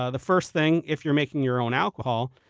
ah the first thing, if you're making your own alcohol,